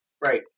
Right